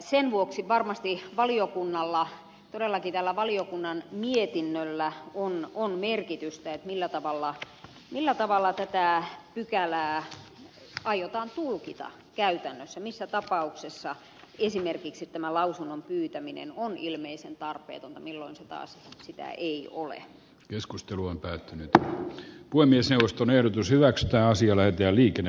sen vuoksi varmasti todellakin tällä valiokunnan mietinnöllä on merkitystä sille millä tavalla tätä pykälää aiotaan tulkita käytännössä missä tapauksessa esimerkiksi tämä lausunnon pyytäminen on ilmeisen tarpeetonta milloin se taas sitä ei ole keskustelu on päättynyt ja voimisteluston ehdotus hyväksytä asia näyte olikin